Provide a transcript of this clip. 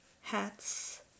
hats